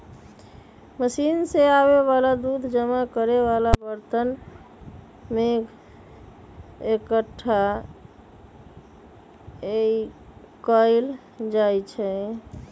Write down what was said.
machine से आबे वाला दूध जमा करे वाला बरतन में एकट्ठा कएल जाई छई